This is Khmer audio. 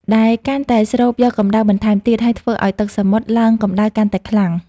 ដែលកាន់តែស្រូបយកកម្ដៅបន្ថែមទៀត ហើយធ្វើឱ្យទឹកសមុទ្រឡើងកម្ដៅកាន់តែខ្លាំង។